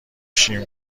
شیم